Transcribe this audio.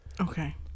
Okay